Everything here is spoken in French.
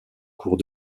cours